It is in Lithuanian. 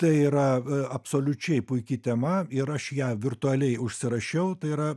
tai yra absoliučiai puiki tema ir aš ją virtualiai užsirašiau tai yra